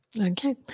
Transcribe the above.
Okay